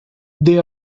they